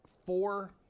four